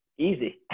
easy